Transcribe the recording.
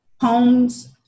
homes